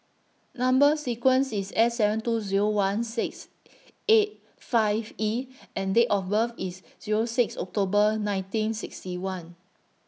Number sequence IS S seven two Zero one six eight five E and Date of birth IS Zero six October nineteen sixty one